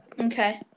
Okay